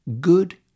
good